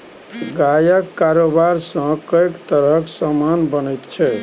गायक गोबरसँ कैक तरहक समान बनैत छै